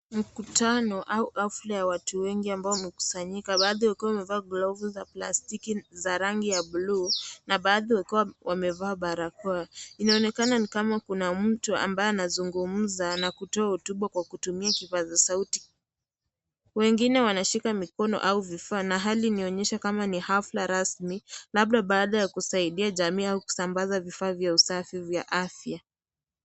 Mkutano au hafla ya watu wengi, ambao wamekusanyika bado wakiwa wamevaa glove za plasitki za rangi ya blue na bado wakiwa wamevaa balakoa. Inaonekana kama kuna mtu ambaye anazungumza na kutoa hotuba kwa kutumia kipasa sauti. Wengine wanashika mikono au vifaa na hali inaonyesha kama ni hafla rasmi, labda baada ya kusaidia jamii au kusambaza vifaa vya usafi vya afya.